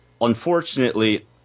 unfortunately